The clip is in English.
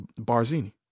Barzini